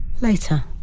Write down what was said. Later